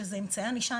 שזה אמצעי הענישה.